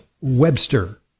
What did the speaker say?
Webster